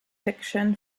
fiction